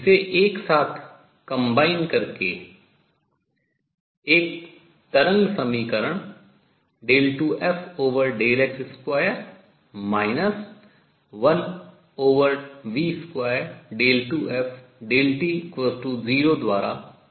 जिसे एक साथ combine करके जोड़कर एक तरंग समीकरण 2fx2 1v22ft20 द्वारा दिया गया था